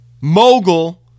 mogul